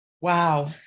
Wow